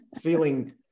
feeling